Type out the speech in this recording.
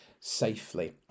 safely